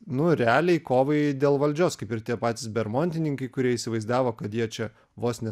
nu realiai kovai dėl valdžios kaip ir tie patys bermontininkai kurie įsivaizdavo kad jie čia vos ne